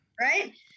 right